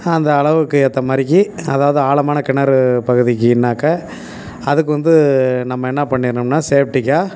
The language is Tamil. அந்த அளவுக்கு ஏற்ற மாதிரிக்கி அதாவது ஆழமான கிணறு பகுதிக்கின்னாக்கா அதுக்கு வந்து நம்ம என்ன பண்ணிடணும்னா சேஃப்ட்டிக்காக